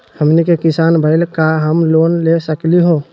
हमनी के किसान भईल, का हम लोन ले सकली हो?